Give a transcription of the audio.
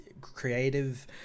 creative